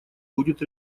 будет